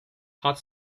hot